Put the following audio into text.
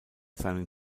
seinen